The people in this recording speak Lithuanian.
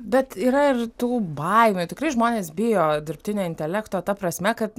bet yra ir tų baimių tikrai žmonės bijo dirbtinio intelekto ta prasme kad